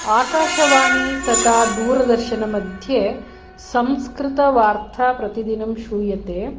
आकाशवाणी तथा दूरदर्शनमध्ये संस्कृतवार्था प्रतिदिनं श्रूयते